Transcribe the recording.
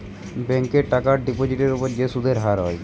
ব্যাংকে টাকার ডিপোজিটের উপর যে সুদের হার হয়